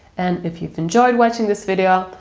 and if you've enjoyed watching this video,